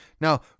Now